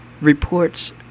reports